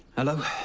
hello?